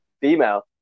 female